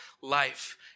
life